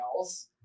else